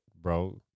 bro